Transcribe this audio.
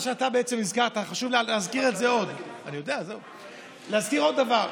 אני רוצה להזכיר עוד דבר,